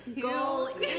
go